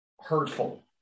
hurtful